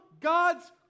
God's